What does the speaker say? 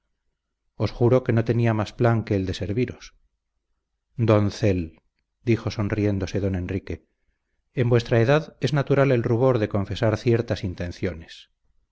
juro que no tenía más plan que el de serviros doncel dijo sonriéndose don enrique en vuestra edad es natural el rubor de confesar ciertas intenciones